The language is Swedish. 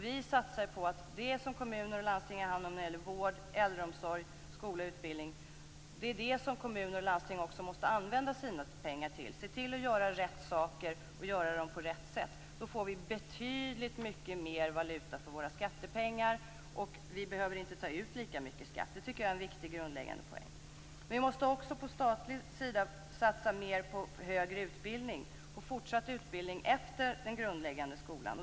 Vi satsar på att det som kommuner och landsting har hand om när det gäller vård, äldreomsorg, skola och utbildning är det som kommuner och landsting också måste använda sina pengar till. De måste se till att göra rätt saker på rätt sätt. Då får vi betydligt mer valuta för våra skattepengar, och vi behöver inte ta ut så mycket i skatt. Det tycker jag är en viktig grundläggande poäng. Vi måste också på den statliga sidan satsa mer på högre utbildning, på fortsatt utbildning efter den grundläggande skolan.